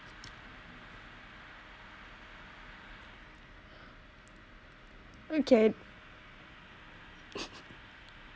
okay